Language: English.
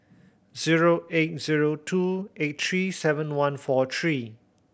zero eight zero two eight three seven one four three